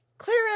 clear